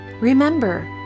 Remember